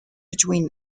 between